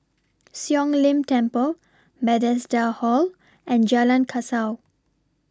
Siong Lim Temple Bethesda Hall and Jalan Kasau